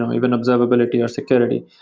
um even observability or security.